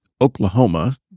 Oklahoma